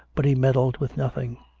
but he meddled with nothing.